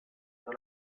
dans